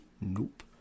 Nope